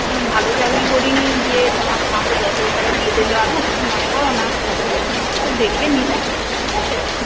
ভালো চাকরি করিনি যে তোমাকে মাসে দশ হাজার টাকা দিয়ে দিতে পারব কিছু মনে করো না কিন্তু একটু দেখে নেবে ঠিক আছে